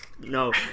no